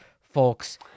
folks